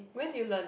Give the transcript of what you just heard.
when you learn